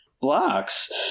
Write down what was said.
blocks